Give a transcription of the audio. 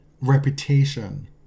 reputation